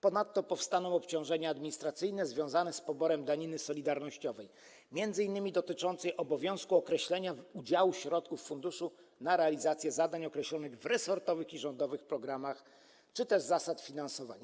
Ponadto powstaną obciążenia administracyjne związane z poborem daniny solidarnościowej, m.in. dotyczące obowiązku określenia udziału środków funduszu na realizację zadań określonych w resortowych i rządowych programach czy też zasad finansowania.